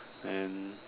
and